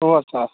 ژور ساس